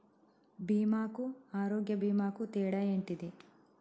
బీమా కు ఆరోగ్య బీమా కు తేడా ఏంటిది?